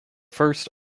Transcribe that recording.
first